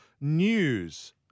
news